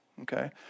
Okay